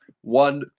One